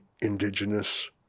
indigenous